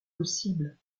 possible